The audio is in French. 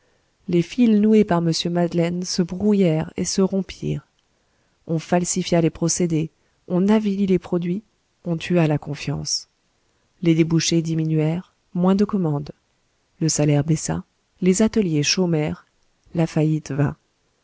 les fils noués par mr madeleine se brouillèrent et se rompirent on falsifia les procédés on avilit les produits on tua la confiance les débouchés diminuèrent moins de commandes le salaire baissa les ateliers chômèrent la faillite vint